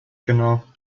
genau